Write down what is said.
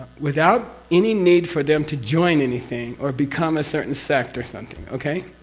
without any need for them to join anything, or become a certain sect or something. okay?